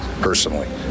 personally